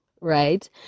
right